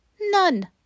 None